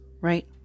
right